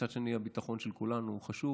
מצד שני הביטחון של כולנו הוא חשוב